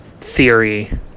theory